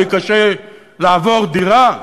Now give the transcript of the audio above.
לי קשה לעבור דירה,